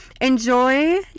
enjoy